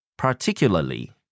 Particularly